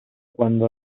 cuando